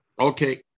Okay